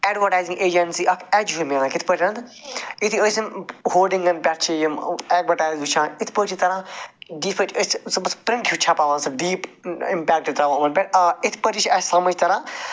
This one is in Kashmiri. اٮ۪ڈواٹایزٕنٛگ اٮ۪جنسی اکھ ایٚج ہیو مِلان کِتھ پٲٹھۍ یُتھٕے أسۍ یِم ہولڈِنٛگن پٮ۪ٹھ چھِ یِم اٮ۪ڈوٹایِز وٕچھان اِتھ پٲٹھۍ چھِ کَران ڈِفِٹ أسۍ چھِ صُبحس پرنٛٹ ہیو چھَپاون سُہ ڈیٖپ اِمپٮ۪کٹ تراوان یِمن پٮ۪ٹھ آ اِتھ پٲٹھی چھِ اَسہِ سمجھ تران